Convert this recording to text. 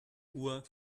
uhr